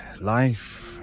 life